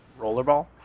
rollerball